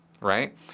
right